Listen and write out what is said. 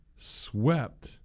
swept